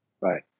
Right